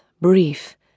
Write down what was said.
brief